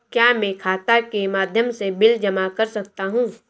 क्या मैं खाता के माध्यम से बिल जमा कर सकता हूँ?